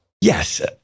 Yes